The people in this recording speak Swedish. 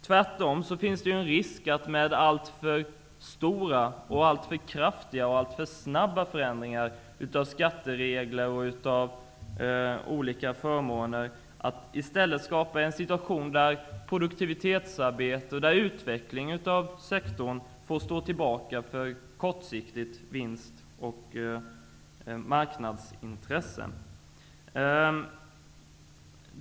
Tvärtom finns det risk för att man med alltför stora, kraftiga och snabba förändringar av skatteregler och olika förmåner i stället skapar en situation där produktivitetsarbete och utveckling av sektorn får stå tillbaka för ett kortsiktigt vinst och marknadsintresse.